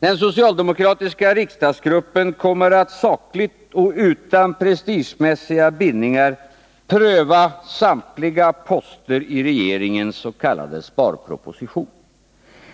Den socialdemokratiska riksdagsgruppen kommer att sakligt och utan prestigemässiga bindningar pröva samtliga poster i regeringens s.k. sparproposition.